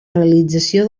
realització